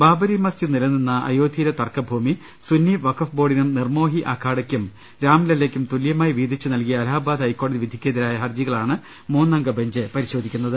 ബാബ്റി മസ്ജിദ് നിലനിന്ന അയോധ്യയിലെ തർക്കഭൂമി സുന്നി വഖഫ് ബോർഡിനും നിർമ്മോഹി അഖാഡയ്ക്കും രാംലല്ലയ്ക്കും തുല്യമായി വീതിച്ചുനൽകിയ അലഹബാദ് ഹൈക്കോടതി വിധിക്കെതിരായ ഹർജി കളാണ് മൂന്നംഗബഞ്ച് പരിശോധിക്കുന്നത്